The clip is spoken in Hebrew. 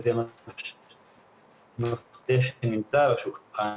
וזה נושא שנמצא על השולחן,